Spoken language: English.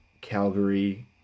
Calgary